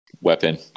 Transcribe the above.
Weapon